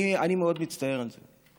אני מאוד מצטער על זה.